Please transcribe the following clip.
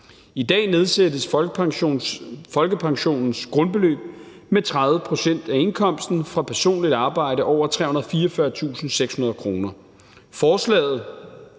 I dag nedsættes folkepensionens grundbeløb med 30 pct. af indkomsten fra personligt arbejde over 344.600 kr. Forslaget,